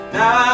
Now